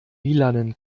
lilanen